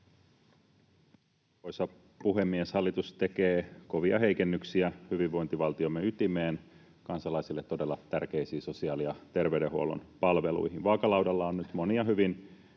puhemies! Hallitus tekee kovia heikennyksiä hyvinvointivaltiomme ytimeen, kansalaisille todella tärkeisiin sosiaali- ja terveydenhuollon palveluihin. Vaakalaudalla on nyt monia hyvin